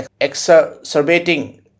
exacerbating